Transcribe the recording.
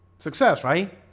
success, right